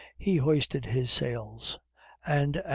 he hoisted his sails and,